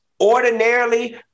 ordinarily